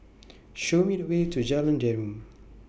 Show Me The Way to Jalan Derum